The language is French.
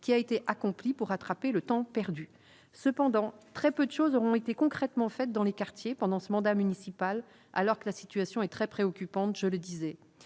qui a été accompli pour rattraper le temps perdu cependant très peu de choses auront été concrètement fait dans les quartiers pendant ce mandat municipal, alors que la situation est très préoccupante, je le disais